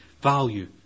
value